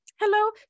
Hello